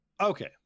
okay